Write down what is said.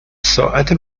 ساعت